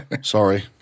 Sorry